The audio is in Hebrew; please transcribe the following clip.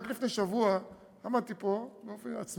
רק לפני שבוע עמדתי פה בעצמי,